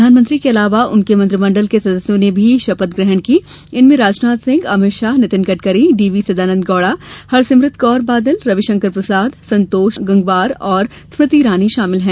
प्रधानमंत्री के अलावा उनके मंत्रिमंडल के सदस्यों ने भी शपथ ग्रहण की इनमें राजनाथ सिंह अमित शाह नितिन गडकरी डीवी सदानन्द गौड़ा हरसिमरत कौर बादल रविशंकर प्रसाद संतोष गंगवार और स्मृति ईरानी शामिल हैं